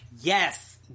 Yes